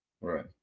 right